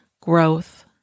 growth